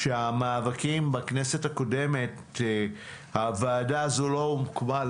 כאשר בגלל המאבקים בכנסת הוועדה הזאת לא הוקמה,